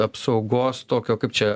apsaugos tokio kaip čia